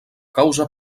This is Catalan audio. causa